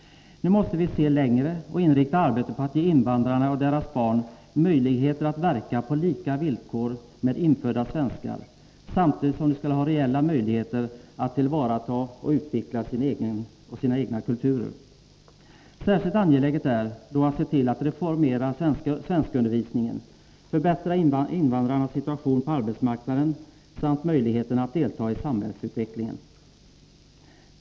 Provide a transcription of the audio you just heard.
Nu måste vi se längre och inrikta arbetet på att ge invandrarna och deras barn möjligheter att verka på lika villkor med infödda svenskar samtidigt som de skall ha reella möjligheter att tillvarata och utveckla sina egna kulturer. Särskilt angeläget är då att se till att reformera svenskundervisningen och förbättra invandrarnas situation på arbetsmarknaden samt deras möjligheter att delta i samhällsutvecklingen.